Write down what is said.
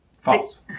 False